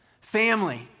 family